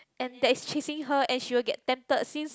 and that is chasing her and she will get tempted since